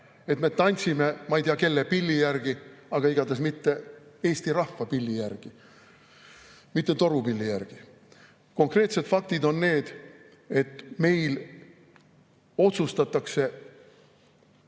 Me tantsime ma ei tea, kelle pilli järgi, aga igatahes mitte eesti rahva pilli järgi, mitte torupilli järgi. Konkreetsed faktid on need, et meil otsustatakse,